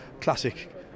classic